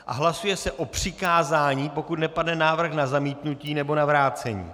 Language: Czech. A hlasuje se o přikázání, pokud nepadne návrh na zamítnutí nebo na vrácení.